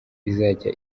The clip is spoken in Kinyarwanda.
izajya